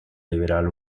liberal